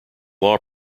law